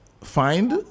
find